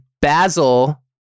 basil